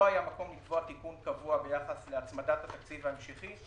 לא היה מקום לקבוע תיקון קבוע ביחס להצמדת התקציב ההמשכי,